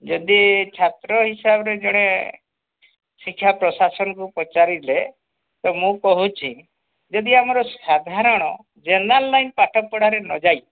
ଯଦି ଛାତ୍ର ହିସାବରେ ଜଣେ ଶିକ୍ଷା ପ୍ରଶାସନକୁ ପଚାରିଲେ ତ ମୁଁ କହୁଛି ଯଦି ଆମର ସାଧାରଣ ଜେନେରାଲ୍ ଲାଇନ୍ରେ ପାଠ ପଢ଼ାରେ ନ ଯାଇ